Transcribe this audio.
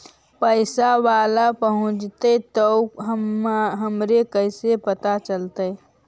पैसा बाला पहूंचतै तौ हमरा कैसे पता चलतै?